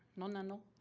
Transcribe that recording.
nonyl,